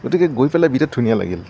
গতিকে গৈ পেলাই বিৰাট ধুনীয়া লাগিল